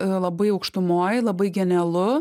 labai aukštumoj labai genialu